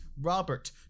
Robert